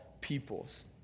peoples